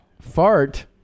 Fart